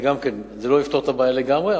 זה לא יפתור את הבעיה לגמרי,